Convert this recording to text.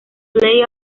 play